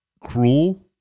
cruel